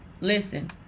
listen